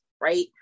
right